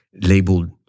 labeled